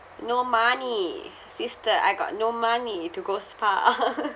no money sister I got no money to go spa